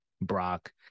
Brock